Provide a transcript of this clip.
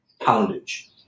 poundage